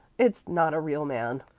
it's not a real man.